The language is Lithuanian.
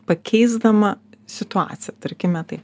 pakeisdama situaciją tarkime taip